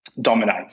dominate